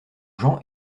jean